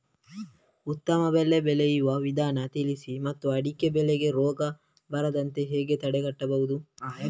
ಉತ್ತಮ ಬೆಳೆ ಬೆಳೆಯುವ ವಿಧಾನ ತಿಳಿಸಿ ಮತ್ತು ಅಡಿಕೆ ಬೆಳೆಗೆ ರೋಗ ಬರದಂತೆ ಹೇಗೆ ತಡೆಗಟ್ಟಬಹುದು?